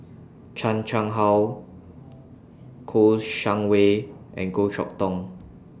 Chan Chang How Kouo Shang Wei and Goh Chok Tong